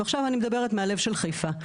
ועכשיו אני מדברת מהלב של חיפה.